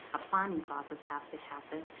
a planning process has to happen.